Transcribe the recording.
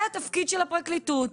זה התפקיד של הפרקליטות,